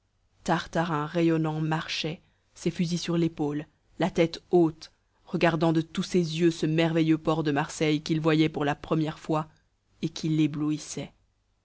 tartarin rayonnant marchait ses fusils sur l'épaule la tête haute regardant de tous ses yeux ce merveilleux port de marseille qu'il voyait pour la première fois et qui l'éblouissait